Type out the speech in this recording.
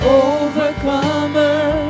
overcomer